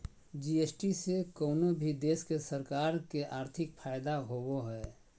GST से कउनो भी देश के सरकार के आर्थिक फायदा होबो हय